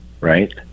right